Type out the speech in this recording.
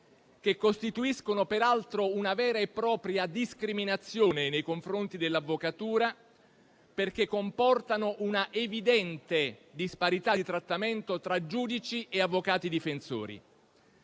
che costituiscono peraltro una vera e propria discriminazione nei confronti dell'avvocatura perché comportano una evidente disparità di trattamento tra giudici e avvocati difensori.